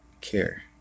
care